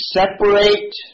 separate